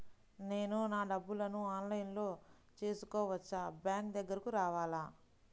నేను నా డబ్బులను ఆన్లైన్లో చేసుకోవచ్చా? బ్యాంక్ దగ్గరకు రావాలా?